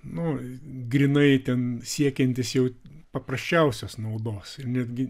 nu grynai ten siekiantis jau paprasčiausios naudos ir netgi